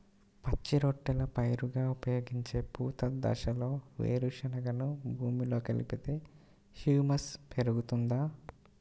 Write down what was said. పచ్చి రొట్టెల పైరుగా ఉపయోగించే పూత దశలో వేరుశెనగను భూమిలో కలిపితే హ్యూమస్ పెరుగుతుందా?